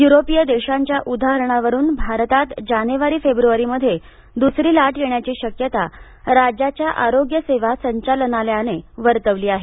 युरोपिय देशांच्या उदाहरणावरून भारतात जानेवारी फेब्रवारीमध्ये दुसरी लाट येण्याची शक्यता राज्याच्या आरोग्य सेवा संचालना लयाने वर्तवली आहे